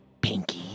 Pinky